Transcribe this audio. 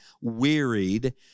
wearied